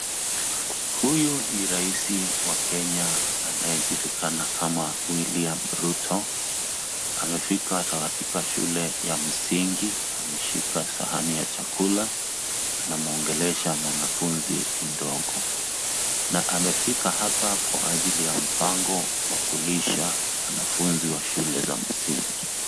Huyu ni Rais wa Kenya anayejulikana kama William Ruto .Amefika katika shule ya msingi, ameshika sahani ya chakula, anamuongelesha mtoto na amefika hapa kwa ajili ya mpango wa kulisha wanafunzi wa shule za msingi.